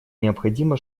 необходимо